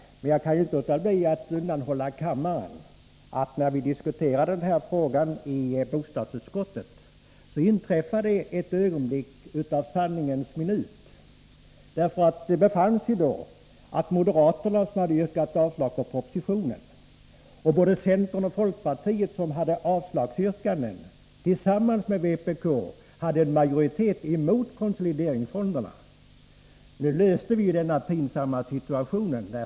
Men jag kan inte undanhålla kammaren, att när vi diskuterade den här frågan i bostadsutskottet, inträffade en sanningens minut. Moderaterna hade yrkat avslag på propositionen, och centern och folkpartiet som hade avslagsyrkanden tillsammans med vpk hade en majoritet emot konsolideringsfonderna. Nu löste vi denna pinsamma situation.